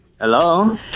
Hello